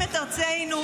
זה דיאלוג?